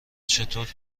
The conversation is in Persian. چطور